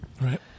Right